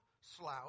slouch